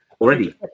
Already